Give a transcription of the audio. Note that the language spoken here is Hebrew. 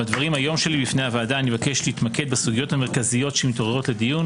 בדבריי היום בפני הוועדה אבקש להתמקד בסוגיות המרכזיות המתעוררות לדיון,